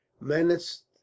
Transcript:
menaced